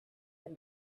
and